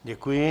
Děkuji.